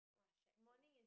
!wah! shag sia